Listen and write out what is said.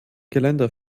geländer